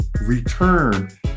return